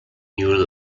neural